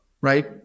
right